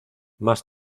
más